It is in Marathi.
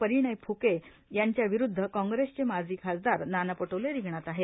परिणय फुके यांच्या विरूद्ध काँग्रेसचे माजी खासदार नाना पटोले रिंगणात आहेत